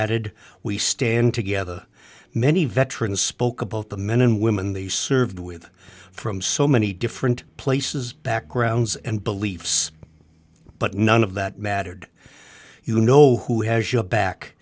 added we stand together many veterans spoke of both the men and women they served with from so many different places backgrounds and beliefs but none of that mattered you know who has your back